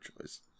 choice